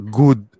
good